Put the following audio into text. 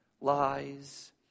lies